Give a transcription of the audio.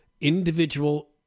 individual